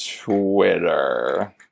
Twitter